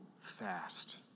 fast